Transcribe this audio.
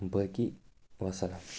باقٕے وَسَلام